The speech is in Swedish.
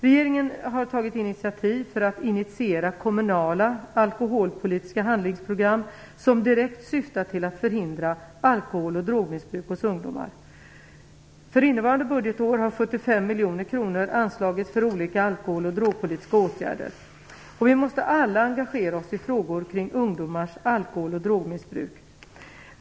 Regeringen har tagit initiativ för att initiera kommunala alkoholpolitiska handlingsprogram som direkt syftar till att förhindra alkohol och drogmissbruk hos ungdomar. För innevarande budgetår har 75 miljoner kronor anslagits för olika alkohol och drogpolitiska åtgärder. Vi måste alla engagera oss i frågor kring ungdomars alkohol och drogmissbruk.